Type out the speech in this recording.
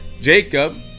Jacob